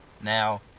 Now